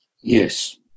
Yes